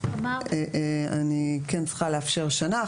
אז אני צריכה לאפשר שנה,